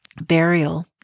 burial